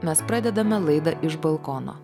mes pradedame laidą iš balkono